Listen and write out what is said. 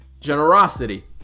generosity